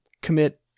commit